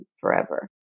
forever